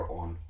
on